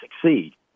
succeed